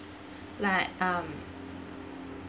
like um